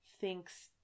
thinks